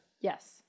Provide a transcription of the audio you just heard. Yes